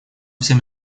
всем